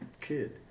kid